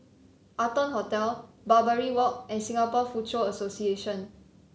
Arton Hotel Barbary Walk and Singapore Foochow Association